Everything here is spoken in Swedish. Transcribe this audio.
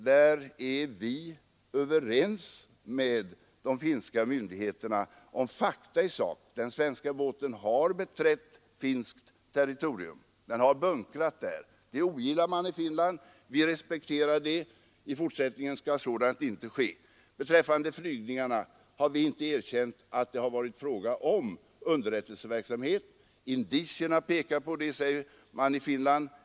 Där är vi överens med de finländska myndigheterna om fakta i sak. Den svenska båten har beträtt finländskt territorium. Den har bunkrat där. Det ogillade man i Finland. Vi respekterar det. I fortsättningen skall sådant icke ske. Beträffande flygningarna har vi icke erkänt att det har varit fråga om underrättelseverksamhet. Indicierna pekar på det, säger man i Finland.